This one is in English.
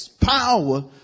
power